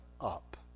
up